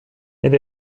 elle